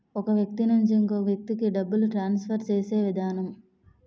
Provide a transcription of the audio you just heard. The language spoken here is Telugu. ఒక వ్యక్తి నుంచి ఇంకొక వ్యక్తికి డబ్బులు ట్రాన్స్ఫర్ చేసే విధానం